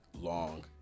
long